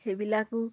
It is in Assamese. সেইবিলাকো